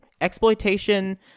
exploitation